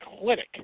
clinic